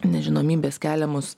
nežinomybės keliamus